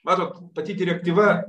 matot pati direktyva